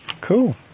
cool